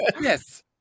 yes